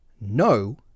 no